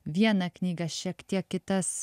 vieną knygą šiek tiek kitas